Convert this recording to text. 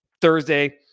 Thursday